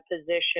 position